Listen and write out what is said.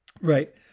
right